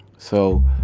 so,